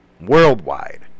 Worldwide